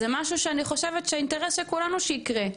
זה משהו שאני חושבת שהאינטרס של כולנו שיקרה.